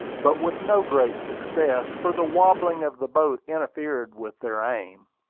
but with no great success, for the wobbling of the boat interfered with their aim.